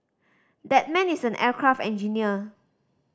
that man is an aircraft engineer